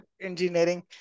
engineering